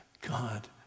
God